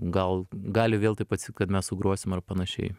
gal gali vėl taip atsitikt kad mes sugrosim ar panašiai